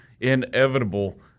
inevitable